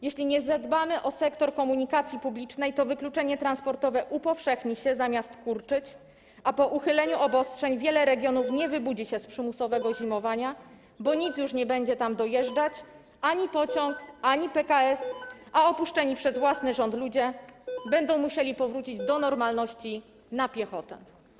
Jeśli nie zadbamy o sektor komunikacji publicznej, to wykluczenie transportowe upowszechni się zamiast kurczyć, a po uchyleniu obostrzeń wiele regionów nie wybudzi się z przymusowego zimowania, bo nic już nie będzie tam dojeżdżać: ani pociąg, ani PKS, a opuszczeni przez własny rząd ludzie będą musieli powrócić do normalności na piechotę.